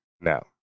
No